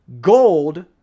Gold